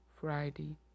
Friday